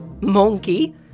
monkey